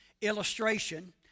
illustration